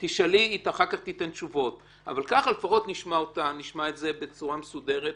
תשאלי והיא אחר כך תיתן תשובות אבל ככה לפחות נשמע את זה בצורה מסודרת,